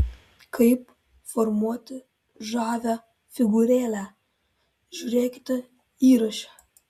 kaip formuoti žavią figūrėlę žiūrėkite įraše